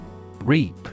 Reap